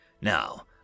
Now